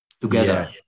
together